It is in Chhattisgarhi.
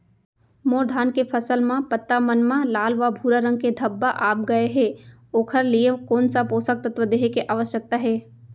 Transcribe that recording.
मोर धान के फसल म पत्ता मन म लाल व भूरा रंग के धब्बा आप गए हे ओखर लिए कोन स पोसक तत्व देहे के आवश्यकता हे?